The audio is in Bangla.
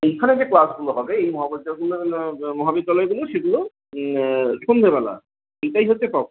এইখানে যে ক্লাসগুলো হবে এই মহাবিদ্যালয় মহাবিদ্যালয়গুলো সেগুলো সন্ধ্যেবেলা এটাই হচ্ছে তফাত